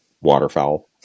waterfowl